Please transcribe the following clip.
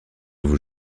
vous